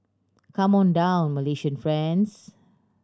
come on down Malaysian friends